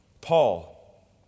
Paul